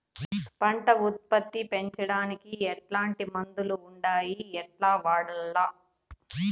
పంట ఉత్పత్తి పెంచడానికి ఎట్లాంటి మందులు ఉండాయి ఎట్లా వాడల్ల?